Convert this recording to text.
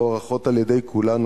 המוערכות על-ידי כולנו,